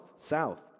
south